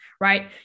right